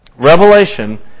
Revelation